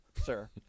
sir